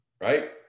right